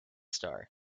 star